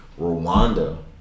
Rwanda